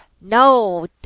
No